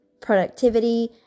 productivity